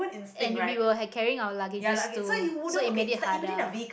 and we were had carrying our luggages to so it made it harder